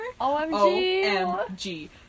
O-M-G